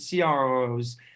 CROs